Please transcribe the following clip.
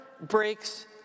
breaks